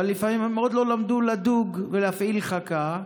אבל לפעמים הם עוד לא למדו לדוג ולהפעיל חכה,